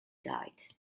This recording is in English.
died